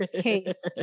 case